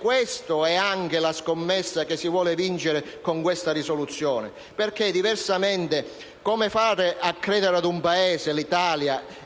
Questa è anche la scommessa che si vuole vincere con la risoluzione in esame. Diversamente, come fare a credere ad un Paese, l'Italia